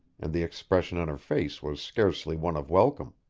and the expression on her face was scarcely one of welcome.